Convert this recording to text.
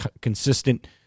consistent